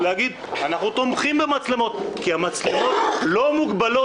להגיד שהם תומכים במצלמות כי המצלמות לא מוגבלות